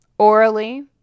Orally